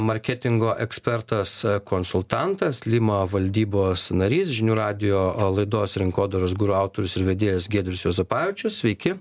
marketingo ekspertas konsultantas lima valdybos narys žinių radijo laidos rinkodaros guru autorius ir vedėjas giedrius juozapavičius sveiki